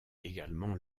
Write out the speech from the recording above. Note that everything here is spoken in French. également